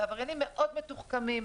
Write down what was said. אלה עבריינים מאוד מתוחכמים,